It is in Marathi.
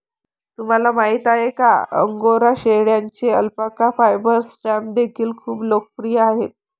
तुम्हाला माहिती आहे का अंगोरा शेळ्यांचे अल्पाका फायबर स्टॅम्प देखील खूप लोकप्रिय आहेत